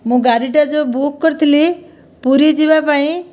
ମୁଁ ଗାଡ଼ିଟା ଯେଉଁ ବୁକ୍ କରିଥିଲି ପୁରୀ ଯିବାପାଇଁ